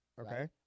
Okay